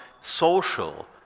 social